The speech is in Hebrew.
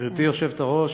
גברתי היושבת-ראש,